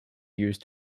used